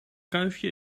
kuifje